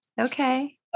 Okay